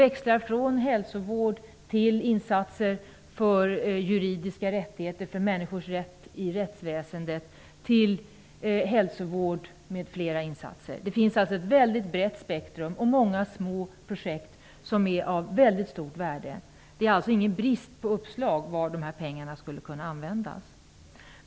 Man har gjort insatser för hälsovård, juridiska rättigheter, människors rätt i rättsväsendet m.m. Det finns ett väldigt brett spektrum med många små projekt som är av mycket stort värde. Det finns alltså ingen brist på uppslag för vad pengarna skulle kunna användas till.